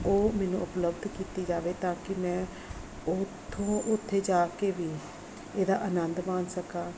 ਉਹ ਮੈਨੂੰ ਉਪਲਬਧ ਕੀਤੀ ਜਾਵੇ ਤਾਂ ਕਿ ਮੈਂ ਉੱਥੋਂ ਉੱਥੇ ਜਾ ਕੇ ਵੀ ਇਹਦਾ ਆਨੰਦ ਮਾਣ ਸਕਾਂ